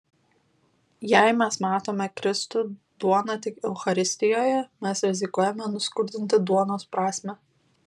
jei mes matome kristų duoną tik eucharistijoje mes rizikuojame nuskurdinti duonos prasmę